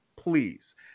please